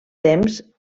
temps